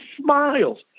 smiles